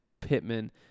Pittman